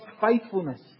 faithfulness